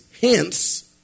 hence